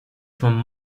from